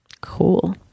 Cool